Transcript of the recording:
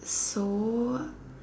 so